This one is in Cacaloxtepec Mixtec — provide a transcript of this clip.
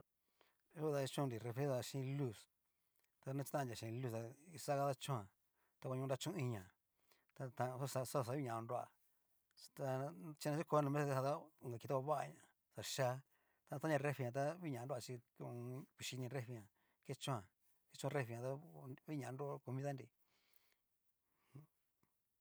Yó ta kuchonri refri jan xhin luz, anachitan'nria xhin luz ta kuxa kadachoan, koño nrachon inia xa xa u'ña koroa, ta chikodoña no mesajan ta inka kii ta ovagaña xa chia ta ta taoña refrijan tá huña nroa chí ho o on. vichi ini refrijan kechoan, kechon refrijan ta huña nro comida nri.